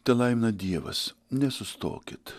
telaimina dievas nesustokit